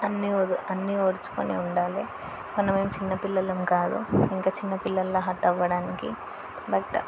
అన్నీ వదు అన్నీ ఓర్చుకుని ఉండాలి మనం ఏమి చిన్నపిల్లలం కాదు ఇంకా చిన్న పిల్లలాగా హర్ట్ అవ్వడానికి బట్